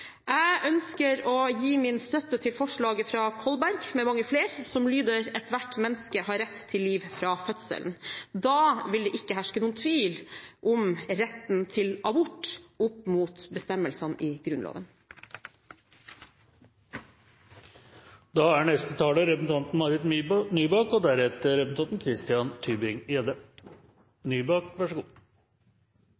Jeg ønsker å gi min støtte til forslaget fra Kolberg med mange flere som lyder: «Ethvert Menneske har Ret til Liv fra Fødselen.» Da vil det ikke herske noen tvil om retten til abort opp mot bestemmelsene i Grunnloven. La meg også takke saksordføreren for å ha lost denne saken i havn på en veldig ryddig måte og